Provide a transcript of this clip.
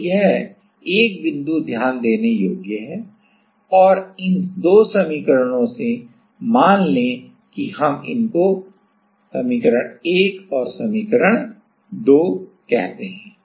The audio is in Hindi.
तो यह 1 बिंदु ध्यान देने योग्य है और इन 2 समीकरणों से मान लें कि हम इनको 1 और 2 कहते हैं